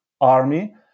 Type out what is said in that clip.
army